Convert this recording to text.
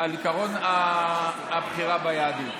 על עקרון הבחירה ביהדות.